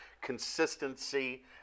consistency